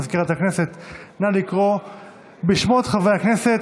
מזכירת הכנסת, נא לקרוא בשמות חברי הכנסת.